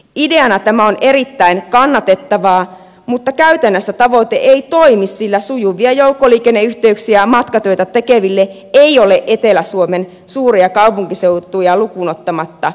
ideana tämä on erittäin kannatettava mutta käytännössä tavoite ei toimi sillä sujuvia joukkoliikenneyhteyksiä matkatyötä tekeville ei ole etelä suomen suuria kaupunkiseutuja lukuun ottamatta paljoa